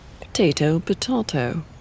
Potato-potato